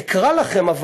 אקרא לכם,